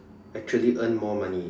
actually earn more money